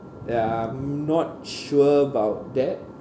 ya I'm not sure about that